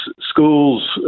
schools